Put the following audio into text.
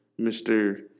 Mr